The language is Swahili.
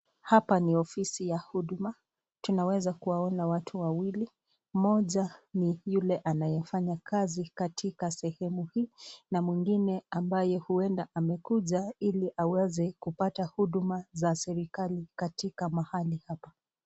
Hapa ni ofisi ya huduma tunaweza kuwaona watu wawili moja ni yule anayefanya kazi katika sehemu hii, na mwingine ambaye huenda amekuja hili aweze kupata hudumu za serekali katika mahali hapa.